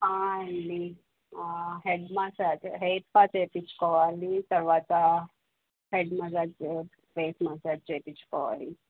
అండి head massage hair pack వేయించుకోవాలి తర్వాత హెడ్ మసాజ్ ఫేస్ మసాజ్ చేపించుకోవాలి